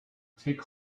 take